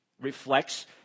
reflects